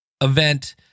event